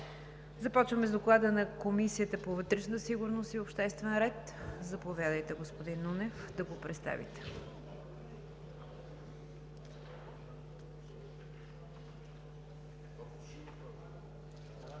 Започваме с Доклада на Комисията по вътрешна сигурност и обществен ред. Заповядайте, господин Нунев.